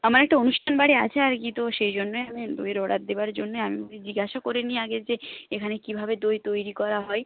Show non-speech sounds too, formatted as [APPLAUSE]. আমার একটা অনুষ্ঠানবাড়ি আছে আর কি তো সেই জন্যই আমি দইয়ের অর্ডার দেওয়ার জন্যে আমি [UNINTELLIGIBLE] জিজ্ঞাসা করে নিই আগে যে এখানে কীভাবে দই তৈরি করা হয়